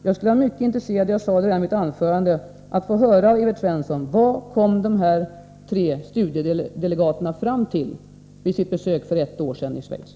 Jag skulle vara mycket intresserad av — jag sade det redan i mitt huvudanförande — att få höra av Evert Svensson: Vad kom de tre studiedelegaterna fram till vid sitt besök för ett år sedan i Schweiz?